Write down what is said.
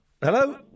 Hello